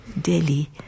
Delhi